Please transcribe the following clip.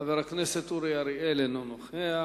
חבר הכנסת אורי אריאל, אינו נוכח.